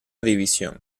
división